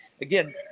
again